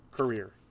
career